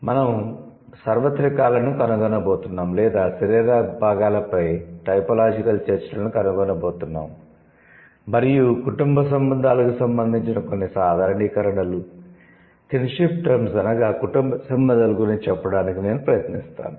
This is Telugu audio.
మేము సార్వత్రికాలను కనుగొనబోతున్నాం లేదా శరీర భాగాలపై టైపోలాజికల్ చర్చలను కనుగొనబోతున్నాం మరియు కుటుంబ సంబంధాలకు సంబంధించిన కొన్ని సాధారణీకరణలు కిన్షిప్ టర్మ్స్ అనగా కుటుంబ సంబందాలు గురించి చెప్పడానికి నేను ప్రయత్నిస్తాను